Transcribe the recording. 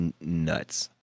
nuts